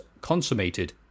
consummated